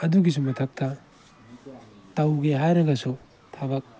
ꯑꯗꯨꯒꯤꯁꯨ ꯃꯊꯛꯇ ꯇꯧꯒꯦ ꯍꯥꯏꯔꯒꯁꯨ ꯊꯕꯛ